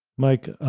mike,